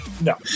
no